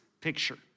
picture